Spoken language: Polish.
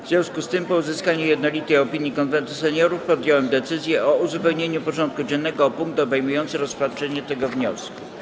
W związku z tym, po uzyskaniu jednolitej opinii Konwentu Seniorów, podjąłem decyzję o uzupełnieniu porządku dziennego o punkt obejmujący rozpatrzenie tego wniosku.